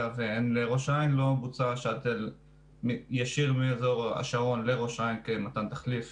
והן לראש העין לא בוצע שאטל ישיר מאזור השרון לראש העין כמתן תחליף